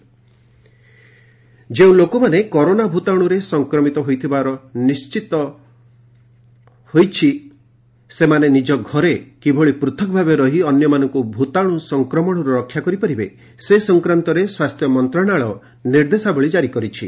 health ministry ଗାଇଡ୍ଲାଇନୁ ଯେଉଁ ଲୋକମାନେ କରୋନା ଭୂତାଣୁରେ ସଂକ୍ରମିତ ହୋଇଥିବାର ନିର୍ଣ୍ଣିତ ହୋଇଛି ସେମାନେ ନିଜ ଘରେ କିଭଳି ପୃଥକ ଭାବେ ରହି ଅନ୍ୟମାନଙ୍କୁ ଭୂତାଣୁ ସଂକ୍ରମଣରୁ ରକ୍ଷା କରିପାରିବେ ସେ ସଂକ୍ରାନ୍ତରେ ସ୍ୱାସ୍ଥ୍ୟ ମନ୍ତ୍ରଣାଳୟ ନିର୍ଦ୍ଦେଶାବଳୀ କାରି କରିଛି